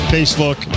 Facebook